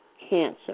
cancer